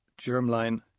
germline